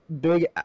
big